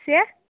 سیٚکھ